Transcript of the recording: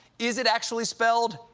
is it actually spelled,